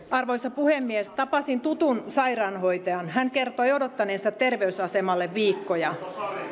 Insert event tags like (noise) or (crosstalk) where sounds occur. (unintelligible) arvoisa puhemies tapasin tutun sairaanhoitajan hän kertoi odottaneensa terveysasemalle viikkoja